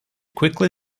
quickly